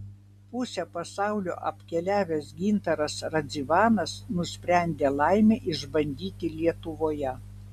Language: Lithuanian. pusę pasaulio apkeliavęs gintaras radzivanas nusprendė laimę išbandyti lietuvoje